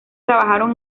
trabajaron